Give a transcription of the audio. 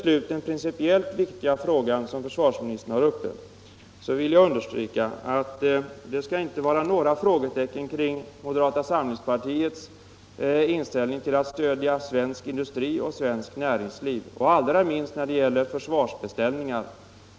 Beträffande den principiellt viktiga frågan som försvarsministern tog upp vill jag understryka att det inte skall finnas några frågetecken för Nr 44 moderata samlingspartiets inställning till att stödja svensk industri och Fredagen den svenskt näringsliv, allra minst när det gäller försvarsbeställningar.